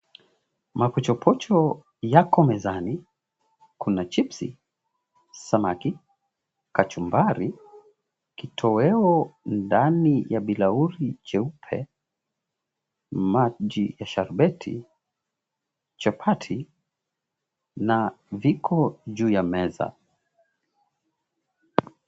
Mapochopocho yako mezani. Kuna chipsi, samaki, kachumbari, kitoweo ndani ya bilauri jeupe, maji ya sharubati, chapati, na viko juu ya meza.